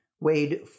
weighed